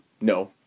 No